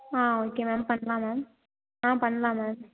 ஆ okay ma'am பண்ணலாம் ma'am ஆ பண்ணலாம் மேம்